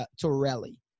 Torelli